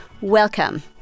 Welcome